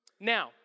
Now